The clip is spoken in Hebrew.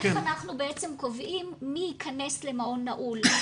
איך אנחנו בעצם קובעים מי ייכנס למעון נעול.